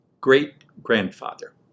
Great-grandfather